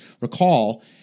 recall